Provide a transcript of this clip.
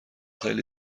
خیلی